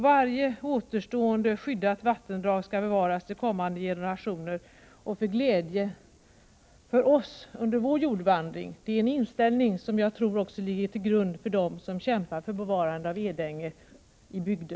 Varje återstående skyddat vattendrag skall bevaras till glädje för kommande generationer och för oss under vår jordevandring. Det är en inställning som jag tror ligger till grund också för dem i bygden som kämpar för bevarande av Edänge.